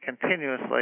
continuously